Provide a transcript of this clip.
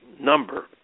number